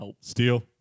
Steel